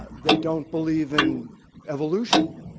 they don't believe in evolution,